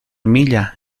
milla